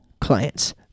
clients